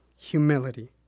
Humility